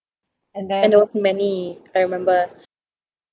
and also many I remember